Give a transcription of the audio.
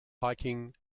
hiking